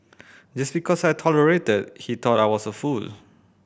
just because I tolerated he thought I was a fool